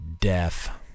Death